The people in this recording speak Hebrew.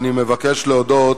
אני מבקש להודות